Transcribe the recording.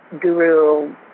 guru